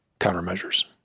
countermeasures